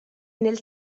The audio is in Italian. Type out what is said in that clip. nel